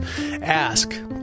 Ask